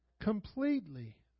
completely